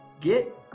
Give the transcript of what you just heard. Get